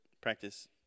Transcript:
practice